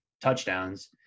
touchdowns